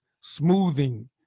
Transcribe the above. smoothing